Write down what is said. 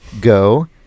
go